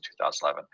2011